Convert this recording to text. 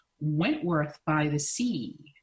Wentworth-by-the-Sea